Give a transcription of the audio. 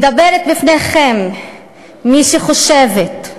מדברת בפניכם מי שחושבת,